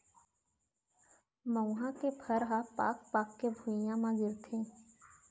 मउहा के फर ह पाक पाक के भुंइया म गिरथे